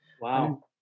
Wow